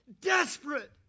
Desperate